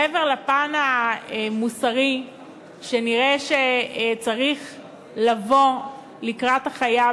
מעבר לפן המוסרי שנראה שצריך לבוא לקראת החייב,